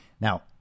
Now